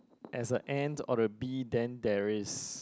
as a ant or the bee then there is